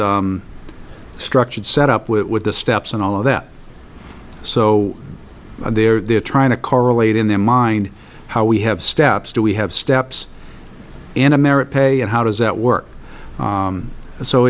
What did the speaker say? this structured set up with the steps and all of that so there they're trying to correlate in their mind how we have steps do we have steps in america pay and how does that work